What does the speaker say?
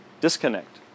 disconnect